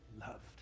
loved